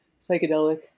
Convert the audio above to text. psychedelic